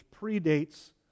predates